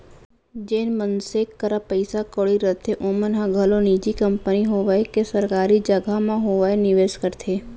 जेन मनसे करा पइसा कउड़ी रथे ओमन ह घलौ निजी कंपनी होवय के सरकारी जघा म होवय निवेस करथे